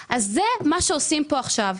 אז זה מה שמטפלים בו עכשיו.